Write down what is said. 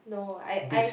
no I I